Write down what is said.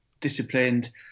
disciplined